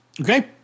Okay